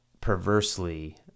Perversely